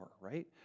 Right